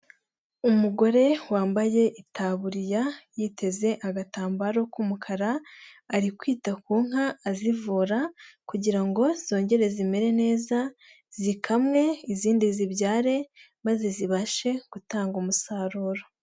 Umugore wambaye itaburiya, yiteze agatambaro k'umukara, ari kwita ku nka azivura kugira ngo zongere zimere neza, zikamwe, izindi zibyare maze zibashe gutanga umusaruro.